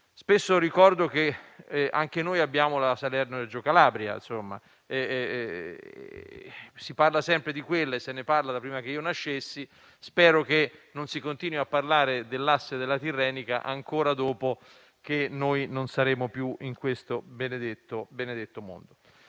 Spesso ricordo che anche noi abbiamo l'autostrada Salerno-Reggio Calabria. Si parla sempre di quella da prima che nascessi e spero che non si continuerà a parlare dell'asse della tirrenica ancora dopo che non saremo più in questo benedetto mondo.